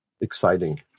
exciting